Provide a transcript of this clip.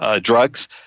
drugs